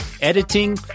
editing